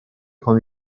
con